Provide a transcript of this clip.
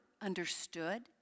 understood